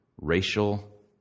racial